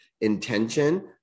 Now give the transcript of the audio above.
intention